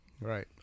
Right